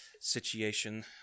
situation